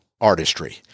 artistry